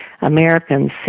Americans